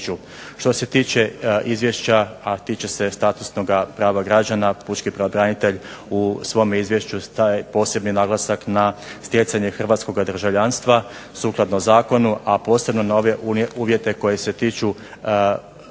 Što se tiče izvješća, a tiče se statusnoga prava građana, pučki pravobranitelj u svome izvješću daje posebni naglasak na stjecanje hrvatskoga državljanstva, sukladno zakonu, a posebno na one uvjete koji se tiču stjecanja